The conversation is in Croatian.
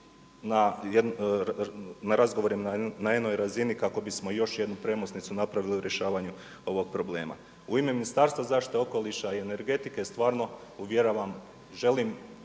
na razgovorima na jednoj razini kako bismo još jednu premosnicu napravili u rješavanju ovog problema. U ime Ministarstva zaštite okoliša i energetike stvarno uvjeravam, želim